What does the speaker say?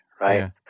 right